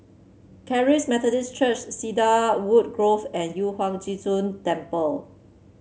Charis Methodist Church Cedarwood Grove and Yu Huang Zhi Zun Temple